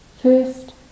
First